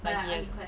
like he has